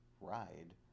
ride